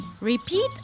Repeat